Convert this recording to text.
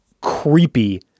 creepy